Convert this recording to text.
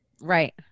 Right